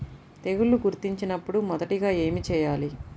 తెగుళ్లు గుర్తించినపుడు మొదటిగా ఏమి చేయాలి?